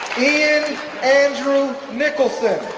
ian andrew nicholson,